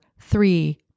three